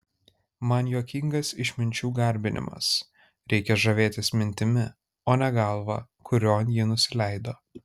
man juokingas išminčių garbinimas reikia žavėtis mintimi o ne galva kurion ji nusileido